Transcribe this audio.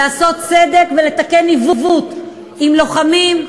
כדי לעשות צדק ולתקן עיוות כלפי לוחמים,